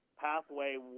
Pathway